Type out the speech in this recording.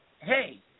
Hey